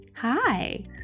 Hi